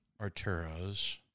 Arturo's